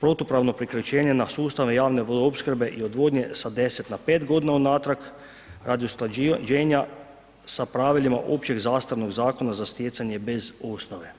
protupravno priključenje na sustave javne vodoopskrbe i odvodnje sa 10 na 5 g. unatrag radi usklađenja sa pravilima općeg zastarnog zakona za stjecanje bez osnove.